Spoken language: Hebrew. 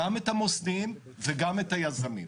גם את המוסדיים וגם את היזמים,